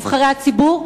נבחרי הציבור,